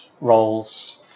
roles